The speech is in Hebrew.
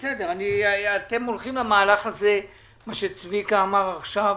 אתם הולכים למהלך שצביקה כהן אמר עכשיו,